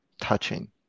touching